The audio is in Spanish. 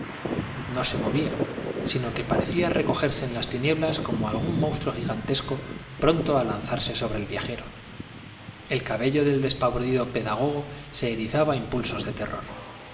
no se movía sino que parecía recogerse en las tinieblas como algún monstruo gigantesco pronto a lanzarse sobre el viajero el cabello del despavorido pedagogo se erizaba a impulsos del terror